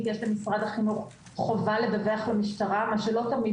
יש למשרד החינוך חובה לדווח למשטרה מה שלא תמיד